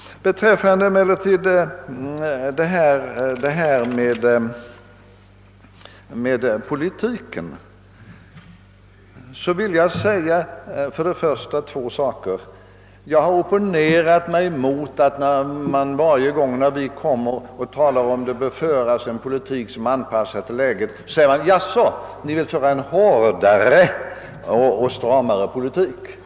Beträffande frågan om den ekonomiska politiken vill jag framhålla två saker. Jag har för det första opponerat mig mot att — varje gång vi talar om att det bör föras en vidare politik, som är anpassad till det läge som föreligger — man svarar på följande sätt: Jaså, ni vill föra en hårdare och stramare politik!